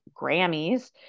Grammys